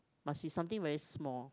must be something very small